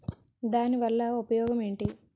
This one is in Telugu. దాని వల్ల ఉపయోగం ఎంటి?